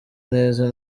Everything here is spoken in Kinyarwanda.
neza